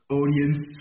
audience